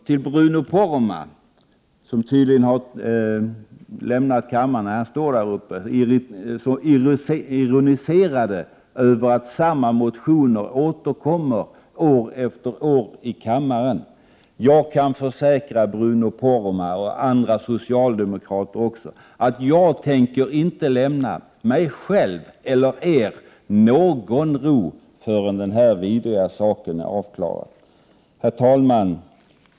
Till Bruno Poromaa, som ironiserade över att samma motioner återkommer år efter år i kammaren, vill jag säga: Jag kan försäkra Bruno Poromaa och andra socialdemokrater också att jag inte tänker lämna mig själv eller dem någon ro förrän denna vidriga sak är avklarad. Herr talman!